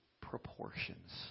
proportions